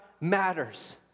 matters